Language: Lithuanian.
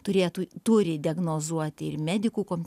turėtų turi diagnozuoti ir medikų kom